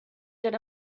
that